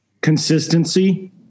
consistency